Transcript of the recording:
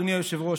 אדוני היושב-ראש,